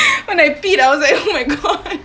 when I peed I was like oh my god